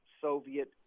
Soviet